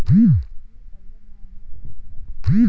मी कर्ज मिळवण्यास पात्र आहे का?